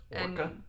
Orca